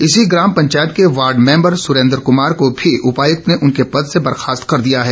इसी ग्राम पंचायत के वार्ड मेम्बर सुरेंद्र कुमार को भी उपायुक्त ने उनके पद से बर्खास्त कर दिया है